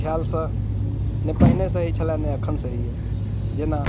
ख्यालसँ नहि पहिने सही छलऽ नहि अखन सही अइ जेना